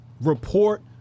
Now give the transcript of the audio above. report